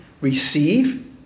receive